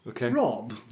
Rob